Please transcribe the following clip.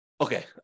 Okay